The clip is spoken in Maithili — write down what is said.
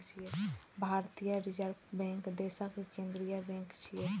भारतीय रिजर्व बैंक देशक केंद्रीय बैंक छियै